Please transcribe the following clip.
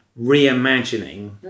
reimagining